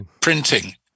printing